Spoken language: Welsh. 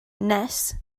nes